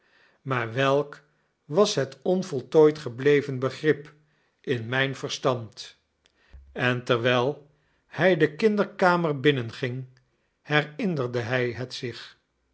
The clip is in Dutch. maar welk was het onvoltooid gebleven begrip in mijn verstand en terwijl hij de kinderkamer binnenging herinnerde hij het zich